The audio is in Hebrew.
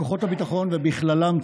כוחות הביטחון, ובכללם צה"ל,